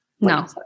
No